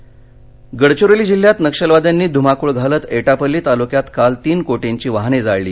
नक्षलवादः गडचिरोली जिल्ह्यात नक्षलवाद्यांनी ध्माकूळ घालत एटापल्ली तालुक्यात काल तीन कोटींची वाहने जाळली